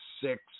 six